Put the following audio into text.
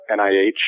NIH